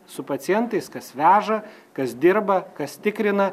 su pacientais kas veža kas dirba kas tikrina